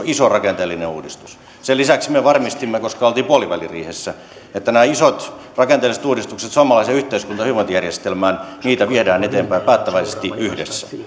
on iso rakenteellinen uudistus sen lisäksi me varmistimme koska oltiin puoliväliriihessä että nämä isot rakenteelliset uudistukset suomalaiseen yhteiskunta ja hyvinvointijärjestelmään viedään eteenpäin päättäväisesti yhdessä